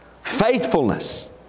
Faithfulness